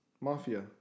mafia